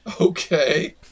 Okay